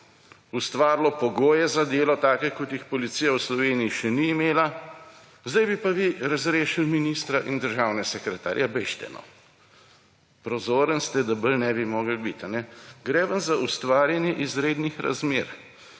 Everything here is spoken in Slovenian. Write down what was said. ustvarilo pogoje za delo, take, kot jih policija v Sloveniji še ni imela, zdaj bi pa vi razrešili ministra in državne sekretarje. Ja, bežite no! Prozorni ste, da bolj ne bi mogli biti. Gre pa za ustvarjanje izrednih razmer,